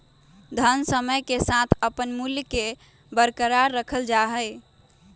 धन समय के साथ अपन मूल्य के बरकरार रखल जा हई